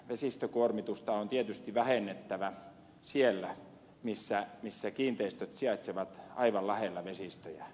vesistökuormitusta on tietysti vähennettävä siellä missä kiinteistöt sijaitsevat aivan lähellä vesistöjä